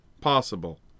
possible